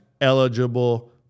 eligible